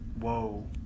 Whoa